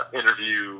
interview